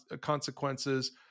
consequences